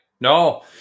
No